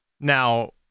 Now